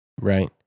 right